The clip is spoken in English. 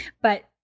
But-